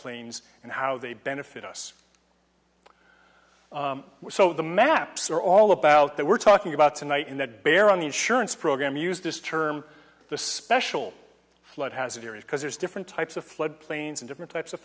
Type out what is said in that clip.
plains and how they benefit us so the maps are all about that we're talking about tonight in that bear on the insurance program use this term the special flood has a period because there's different types of flood plains and different types of